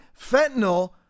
fentanyl